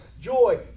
joy